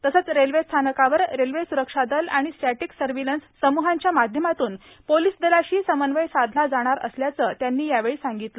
तसंच रेल्वे स्थानकावर रेल्वे स्रक्षा दल आणि स्टॅटीक्स सर्विलन्स टीम्स्च्या माध्यमातून पोलीस दलाशी समन्वय साधला जाणार असल्याचं त्यांनी यावेळी सांगितलं